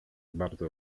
bardzo